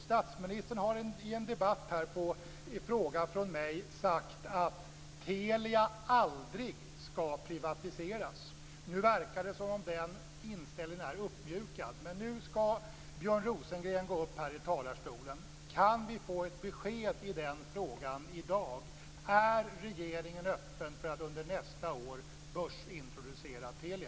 Statsministern har i en debatt på en fråga från mig sagt att Telia aldrig ska privatiseras. Nu verkar det som om den inställningen är uppmjukad. Nu ska Björn Rosengren upp i talarstolen: Kan vi få ett besked i den frågan i dag? Är regeringen öppen för att under nästa år börsintroducera Telia?